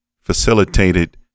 facilitated